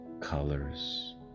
colors